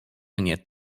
mnie